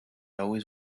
always